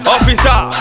Officer